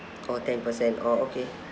oh ten per cent oh okay